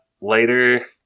later